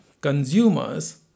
consumers